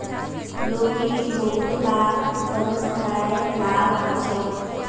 लौकीर बहुतला स्वास्थ्य लाभ ह छेक